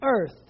earth